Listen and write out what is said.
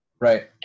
Right